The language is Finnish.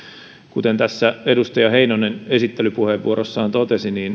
kuten tässä edustaja heinonen esittelypuheenvuorossaan totesi